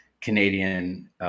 Canadian